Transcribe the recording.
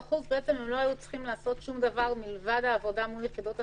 15% לא היו צריכים לעשות שום דבר מלבד העבודה מול יחידות הסיוע?